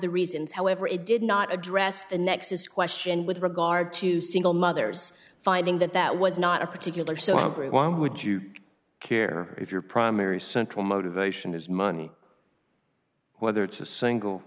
the reasons however it did not address the nexus question with regard to single mothers finding that that was not a particular so great one would you care if your primary central motivation is money whether it's a single